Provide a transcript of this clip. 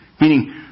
meaning